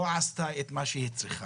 לא עשתה את מה שהיא צריכה,